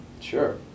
Sure